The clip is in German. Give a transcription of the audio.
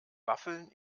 waffeln